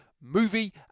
movie